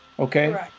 Okay